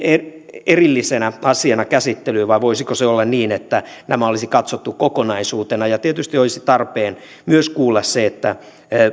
erillisenä asiana käsittelyyn vai voisiko olla niin että nämä olisi katsottu kokonaisuutena tietysti olisi tarpeen myös kuulla